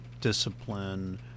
discipline